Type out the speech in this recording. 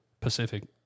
Pacific